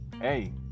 hey